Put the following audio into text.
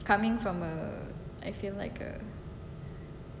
coming from a I feel like a